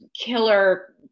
killer